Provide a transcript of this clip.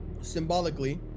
symbolically